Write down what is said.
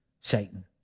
Satan